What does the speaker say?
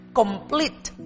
complete